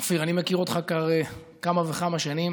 אופיר, אני מכיר אותך כבר כמה וכמה שנים,